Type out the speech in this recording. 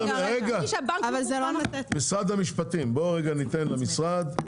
רגע, משרד המשפטים, ניתן למשרד.